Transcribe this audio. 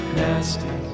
nasty